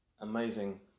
amazing